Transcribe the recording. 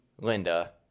Linda